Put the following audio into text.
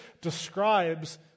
describes